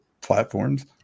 platforms